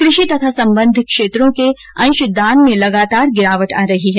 कृषि तथा संबद्ध क्षेत्रों के अंशदान में लगातार गिरावट आ रही है